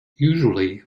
usually